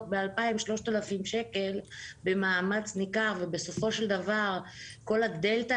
ב-2,000 3,000 שקל במאמץ ניכר ובסופו של דבר כל הדלתא